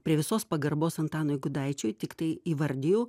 prie visos pagarbos antanui gudaičiui tiktai įvardijau